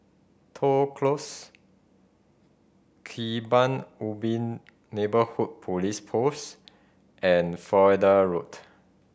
Toh Close Kebun Ubi Neighbourhood Police Post and Florida Road